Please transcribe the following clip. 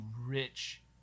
rich